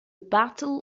battle